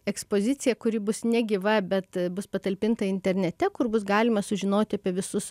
ekspoziciją kuri bus ne gyva bet bus patalpinta internete kur bus galima sužinoti apie visus